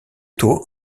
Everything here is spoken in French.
tôt